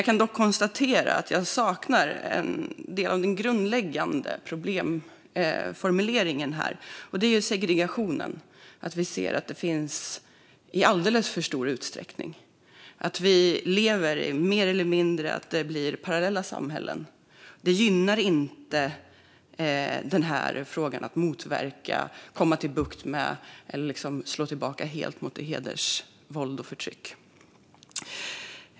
Jag kan dock konstatera att jag saknar en del av den grundläggande problemformuleringen här, nämligen segregationen. Vi ser att den finns i alldeles för stor utsträckning och att vi mer eller mindre lever i parallella samhällen. Det gynnar inte arbetet med att motverka, få bukt med eller slå tillbaka mot hedersvåld och hedersförtryck.